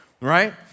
right